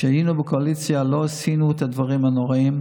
ואולי אפילו באדיבות של מנצחים?